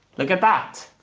look at that!